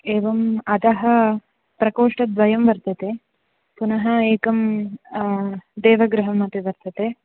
एवम् अधः प्रकोष्ठद्वयं वर्तते पुनः एकं देवगृहमपि वर्तते